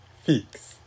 fix